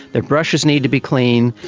their brushes need to be clean,